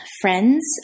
friends